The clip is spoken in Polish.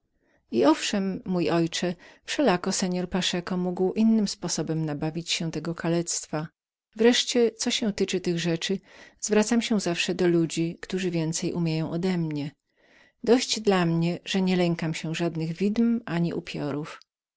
i owszem mój ojcze wszelako pan paszeko mógł innym sposobem nabawić się tego kalectwa wreszcie co się tyczy tych rzeczy odnoszę się zawsze do tych którzy więcej umieją odemnie dość dla mnie że nielękam się żadnych widm ani